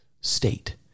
state